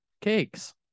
cakes